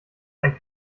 ein